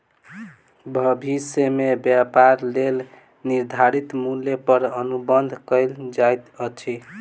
भविष्य में व्यापारक लेल निर्धारित मूल्य पर अनुबंध कएल जाइत अछि